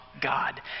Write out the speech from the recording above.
God